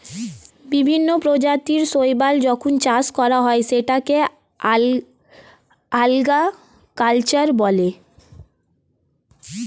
বিভিন্ন প্রজাতির শৈবাল যখন চাষ করা হয় সেটাকে আল্গা কালচার বলে